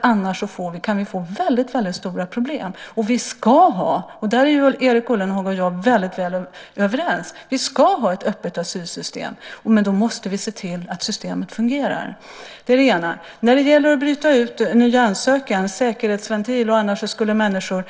Annars kan vi få väldigt stora problem. Erik Ullenhag och jag är överens om att vi ska ha ett öppet asylsystem, men då måste vi se till att systemet fungerar. Sedan gällde det att bryta ut ny ansökan och att ha en säkerhetsventil.